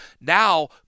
now